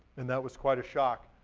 and that was quite a shock.